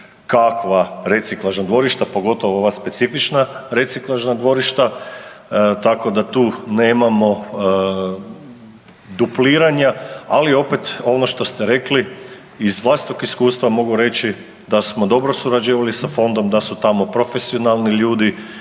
kakva reciklažna dvorišta, pogotovo ova specifična reciklažna dvorišta, tako da tu nemamo dupliranja, ali opet, ono što ste rekli, iz vlastitog iskustva mogu reći da smo dobro surađivali sa Fondom, da su tamo profesionalni ljudi